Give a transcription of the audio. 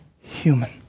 human